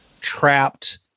trapped